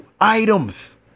items